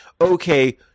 okay